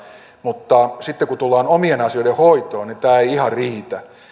mutta sitten kun tullaan omien asioiden hoitoon niin tämä ei ihan riitä